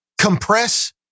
compress